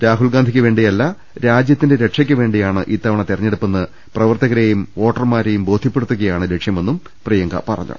രാഹുൽ ഗാന്ധിയ്ക്കുവേണ്ടിയല്ല രാജ്യത്തിന്റെ രക്ഷയ്ക്കുവേണ്ടിയാണ് ഇത്തവണത്തെ തിരഞ്ഞെടുപ്പെന്ന് പ്രവർത്തകരെയും വോട്ടർമാരെയും ബോധ്യപ്പെടുത്തുകയാണ് ലക്ഷ്യമെന്നും പ്രിയങ്ക പറഞ്ഞു